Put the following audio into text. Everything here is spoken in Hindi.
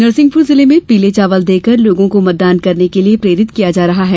नरसिंहपुर जिले में पीले चावल देकर लोगों को मतदान करने के लिये प्रेरित किया जा रहा है